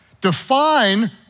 define